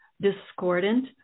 discordant